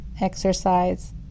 Exercise